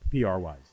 PR-wise